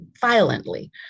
violently